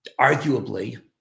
arguably